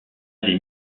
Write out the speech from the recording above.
des